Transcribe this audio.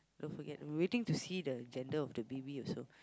don't forget we waiting to see the gender of the baby also